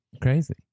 crazy